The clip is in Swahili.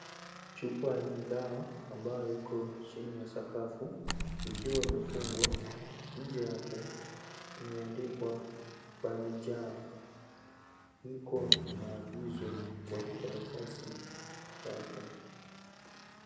Chupa yenye dawa ambayo iko chini ya sakafu. Ikiwa imefungwa. Nje yake imeandikwa balijaam. Iko na maagizo kwenye karatasi yake.